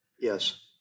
Yes